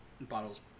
bottles